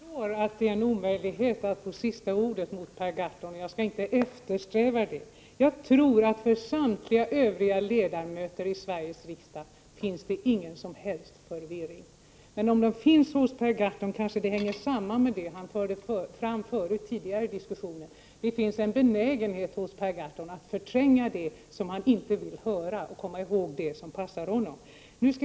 Herr talman! Jag förstår att det är en omöjlighet att få sista ordet mot Per Gahrton, och jag skall inte eftersträva det. Jag tror att det bland samtliga övriga ledamöter i Sveriges riksdag inte råder någon som helst förvirring, men om Per Gahrton är förvirrad kanske det hänger samman med det han förde fram tidigare i diskussionen. Det finns en benägenhet hos Per Gahrton att förtränga det som han inte vill höra och att komma ihåg det som passar honom.